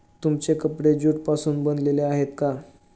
तुमचे कपडे ज्यूट पासून बनलेले आहेत का?